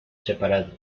separado